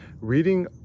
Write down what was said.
reading